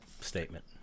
statement